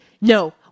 No